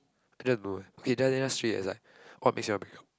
I don't know eh okay then just just treat it as like what makes you all breakup